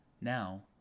Now